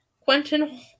Quentin